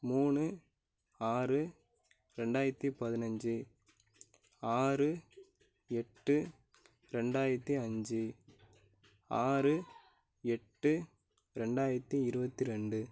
மூணு ஆறு ரெண்டாயித்தி பதினஞ்சு ஆறு எட்டு ரெண்டாயித்தி அஞ்சு ஆறு எட்டு ரெண்டாயித்தி இருபத்தி ரெண்டு